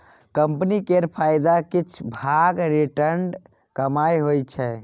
company केर फायदाक किछ भाग रिटेंड कमाइ होइ छै